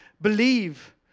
believe